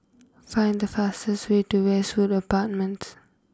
find the fastest way to Westwood Apartments